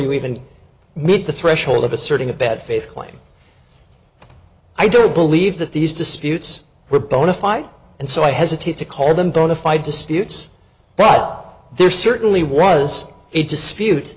you even meet the threshold of asserting a bad face claim i don't believe that these disputes were bona fide and so i hesitate to call them bona fide disputes but there certainly was a dispute